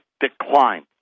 decline